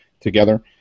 together